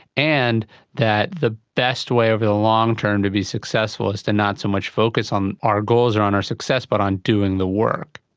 and that the best way over the long term to be successful is to not so much focus on our goals or on our success but on doing the work.